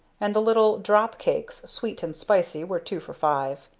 and the little drop cakes, sweet and spicy, were two for five.